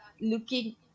looking